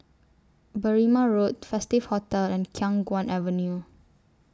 Berrima Road Festive Hotel and Khiang Guan Avenue